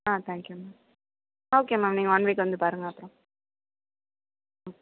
ah thank you ma'am okay ma'am நீங்கள் one வீக்கில் வந்து பாருங்கள் அப்புறம் ஓகே